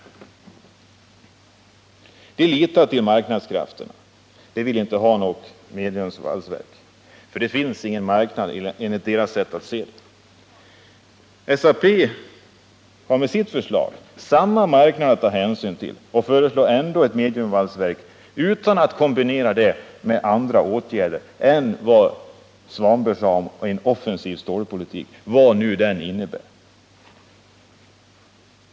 De litar till mark — Vissa investeringar nadskrafterna. De vill inte ha något mediumvalsverk, för det finns ingen — inom SSAB marknad enligt deras sätt att se. SAP har med sitt förslag samma marknad att — Svenskt Stål AB, ta hänsyn till och föreslår ändå ett mediumvalsverk, utan att kombinera det med andra åtgärder — Ingvar Svanberg talade om en offensiv stålpolitik, vad nu den innebär.